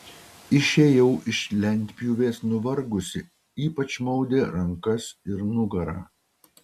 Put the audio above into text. išėjau iš lentpjūvės nuvargusi ypač maudė rankas ir nugarą